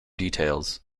details